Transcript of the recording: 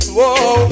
Whoa